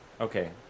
Okay